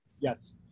Yes